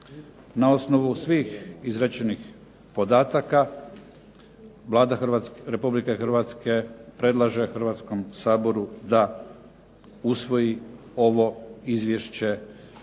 Na osnovu svih izrečenih podataka Vlada Republike Hrvatske predlaže Hrvatskom saboru da usvoji ovo izvješće,